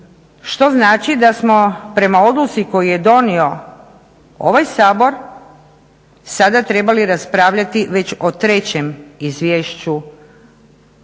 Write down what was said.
Što znači da smo prema odluci koju je donio ovaj Sabor sada trebali raspravljati već o trećem izvješću